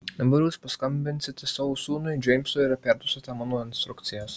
dabar jūs paskambinsite savo sūnui džeimsui ir perduosite mano instrukcijas